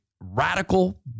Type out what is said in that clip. radical